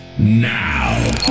now